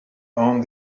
owned